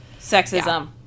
Sexism